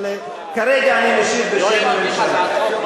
אבל כרגע אני משיב בשם הממשלה.